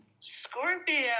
Scorpio